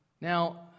Now